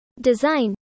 Design